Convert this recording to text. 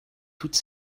toutes